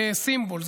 זה סימבול,